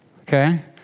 okay